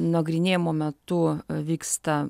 nagrinėjimo metu vyksta